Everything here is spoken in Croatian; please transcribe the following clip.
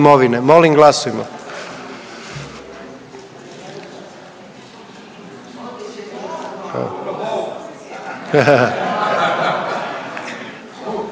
Molim glasujmo.